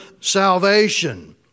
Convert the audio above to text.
salvation